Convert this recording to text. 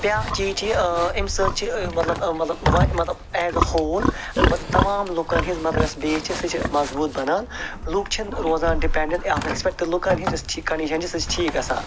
بیٛاکھ چیٖز چھُ یہِ ٲں اَمہِ سۭتۍ چھِ مطلب مطلب وا مطلب ایز اےٚ ہول مطلب تمام لوٗکَن ہنٛز مطلب یۄس بیس چھِ سۄ چھِ مضبوٗط بنان لوٗکھ چھنہٕ روزان ڈِپیٚنڈَنٛڈ اَکھ أکِس پٮ۪ٹھ تہٕ لوٗکَن ہنٛز یۄس ٹھیٖک کَنڈِشَن چھِ سۄ چھِ ٹھیٖکھ گژھان